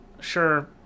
sure